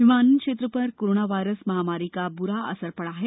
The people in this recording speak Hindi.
विमानन क्षेत्र पर कोरोना वायरस महामारी का ब्रा असर पडा है